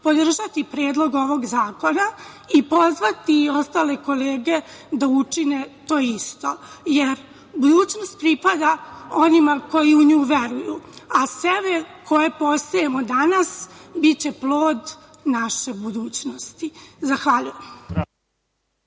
podržati predlog ovog zakona i pozvati i ostale kolege da učine to isto, jer budućnost pripada onima koji u nju veruju, a seme koje posejemo danas biće plod naše budućnosti. Zahvaljujem.